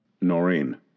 Noreen